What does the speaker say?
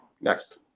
Next